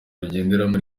rugenderaho